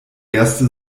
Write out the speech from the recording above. erste